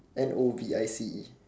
N O V I C E